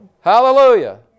Hallelujah